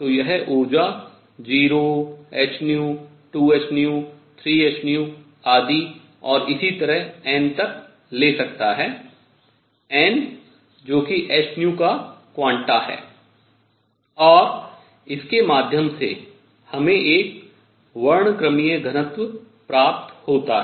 तो यह ऊर्जा 0hν 2hν 3hν आदि और इसी तरह n तक ले सकता है n जो कि hν का क्वांटा है और इसके माध्यम से हमें एक वर्णक्रमीय घनत्व वक्र प्राप्त होता है